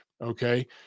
Okay